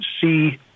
see